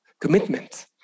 commitment